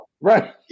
Right